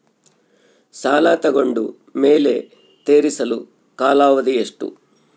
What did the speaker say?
ಸಾಲ ತಗೊಂಡು ಮೇಲೆ ತೇರಿಸಲು ಕಾಲಾವಧಿ ಎಷ್ಟು?